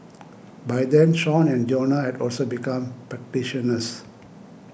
by then Sean and Jonah had also become practitioners